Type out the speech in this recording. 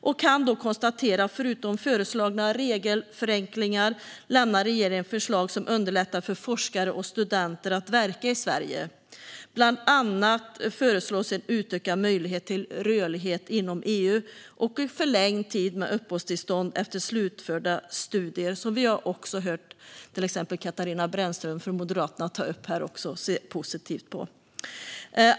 Vi kan konstatera att regeringen förutom föreslagna regelförenklingar lämnar förslag som underlättar för forskare och studenter att verka i Sverige. Bland annat föreslås en utökad möjlighet till rörlighet inom EU och förlängd tid med uppehållstillstånd efter slutförda studier, vilket vi hörde att Katarina Brännström från Moderaterna tog upp och ser positivt på.